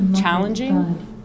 challenging